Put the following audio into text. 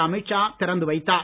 அமீத் ஷா திறந்து வைத்தார்